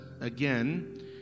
again